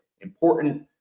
important